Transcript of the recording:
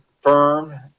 firm